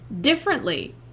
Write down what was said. differently